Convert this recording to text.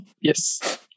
Yes